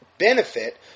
benefit